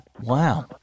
wow